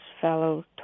fellow